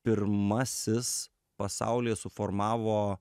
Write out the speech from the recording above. pirmasis pasaulyje suformavo